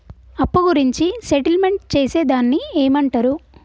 అప్పు గురించి సెటిల్మెంట్ చేసేదాన్ని ఏమంటరు?